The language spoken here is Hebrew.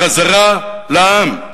בחזרה לעם.